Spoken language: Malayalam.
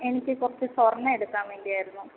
എനിക്ക് കുറച്ച് സ്വർണ്ണം എടുക്കാൻ വേണ്ടിയായിരുന്നു